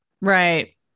right